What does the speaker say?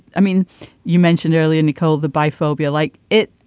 i mean you mentioned earlier nicole the bi phobia like it.